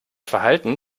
verhalten